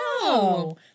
No